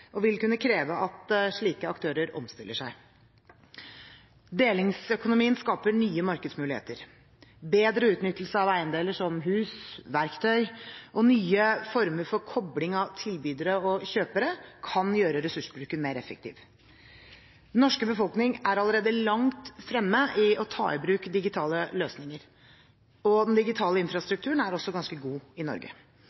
og vil kunne kreve at slike aktører omstiller seg. Delingsøkonomien skaper nye markedsmuligheter. Bedre utnyttelse av eiendeler som hus og verktøy og nye former for kobling av tilbydere og kjøpere kan gjøre ressursbruken mer effektiv. Den norske befolkning er allerede langt fremme i å ta i bruk digitale løsninger, og den digitale